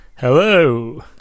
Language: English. Hello